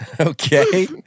Okay